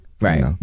Right